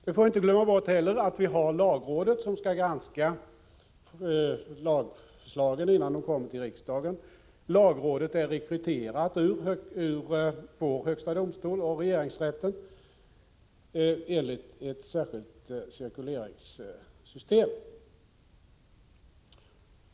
Vi får inte heller glömma bort att vi har lagrådet som skall granska lagförslagen innan de kommer till riksdagen. Lagrådet är rekryterat ur vår högsta domstol och ur regeringsrätten enligt ett särskilt cirkuleringssystem.